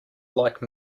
like